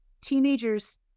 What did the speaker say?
Teenagers